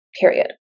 period